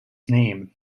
name